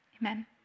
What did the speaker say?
Amen